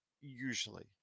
usually